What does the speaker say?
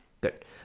Good